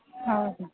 ಹೌದು